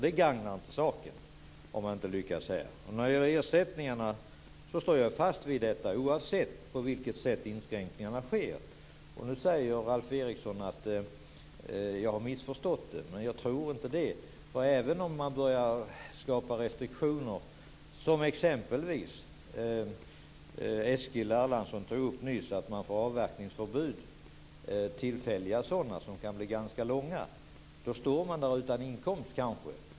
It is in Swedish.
Det gagnar inte saken om man inte lyckas här. När det gäller ersättningarna står jag fast vid det jag sade, oavsett på vilket sätt inskränkningarna sker. Nu säger Alf Eriksson att jag har missförstått det, men jag tror inte det. Om man börjar skapa restriktioner står man där utan inkomst. Det kan t.ex. handla om att man får tillfälliga avverkningsförbud som kan bli ganska långa, som Eskil Erlandsson tog upp nyss.